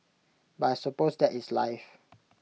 but I suppose that is life